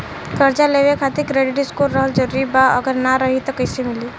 कर्जा लेवे खातिर क्रेडिट स्कोर रहल जरूरी बा अगर ना रही त कैसे मिली?